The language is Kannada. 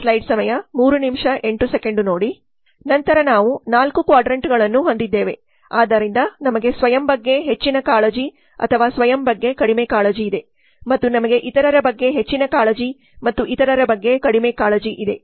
ನಂತರ ನಾವು 4 ಕ್ವಾಡ್ರಾಂಟ್ಗಳನ್ನು ಹೊಂದಿದ್ದೇವೆ ಆದ್ದರಿಂದ ನಮಗೆ ಸ್ವಯಂ ಬಗ್ಗೆ ಹೆಚ್ಚಿನ ಕಾಳಜಿ ಅಥವಾ ಸ್ವಯಂ ಬಗ್ಗೆ ಕಡಿಮೆ ಕಾಳಜಿ ಇದೆ ಮತ್ತು ನಮಗೆ ಇತರರ ಬಗ್ಗೆ ಹೆಚ್ಚಿನ ಕಾಳಜಿ ಮತ್ತು ಇತರರ ಬಗ್ಗೆ ಕಡಿಮೆ ಕಾಳಜಿ ಇದೆ